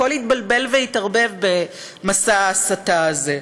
הכול התבלבל והתערבב במסע ההסתה הזה.